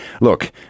Look